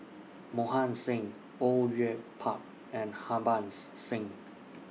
Mohan Singh Au Yue Pak and Harbans Singh